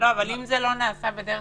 --- אבל אם זה לא נעשה בדרך